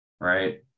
Right